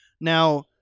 Now